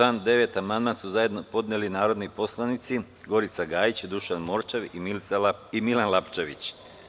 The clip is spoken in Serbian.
Na član 9. amandman su zajedno podneli narodni poslanici Gorica Gajić, Dušan Morčev i Milan Lapčević.